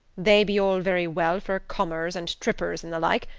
they be all very well for comers and trippers, an' the like,